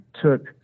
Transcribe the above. took